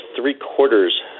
three-quarters